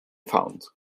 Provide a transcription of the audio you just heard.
found